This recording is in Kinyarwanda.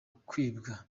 kwibwa